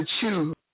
choose